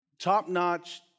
top-notch